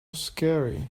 scary